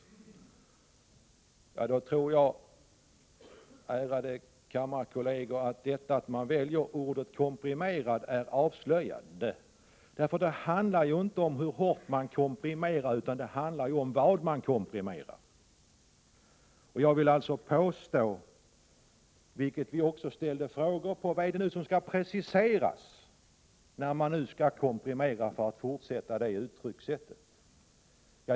Ärade kammarkolleger, jag tror att det är avslöjande att man väljer ordet komprimerad. Det handlar ju inte om hur mycket man komprimerar, utan det handlar om vad man komprimerar. Vi ställde en fråga om vad det är som skall preciseras när man nu skall komprimera, för att fortsätta med det uttryckssättet.